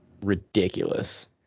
Ridiculous